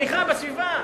תמיכה בסביבה.